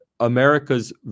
America's